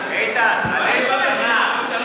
איתן, על אש קטנה.